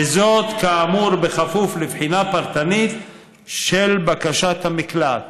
וזאת כאמור בכפוף לבחינה פרטנית של בקשת המקלט.